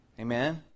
Amen